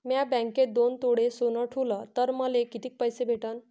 म्या बँकेत दोन तोळे सोनं ठुलं तर मले किती पैसे भेटन